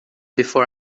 before